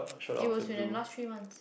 it was in the last three month